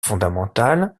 fondamentales